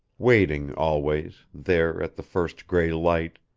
waiting always, there at the first gray light,